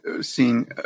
seen